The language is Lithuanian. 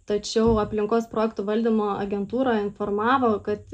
tačiau aplinkos projektų valdymo agentūra informavo kad